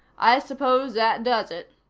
i suppose that does it.